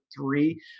three